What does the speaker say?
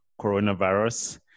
coronavirus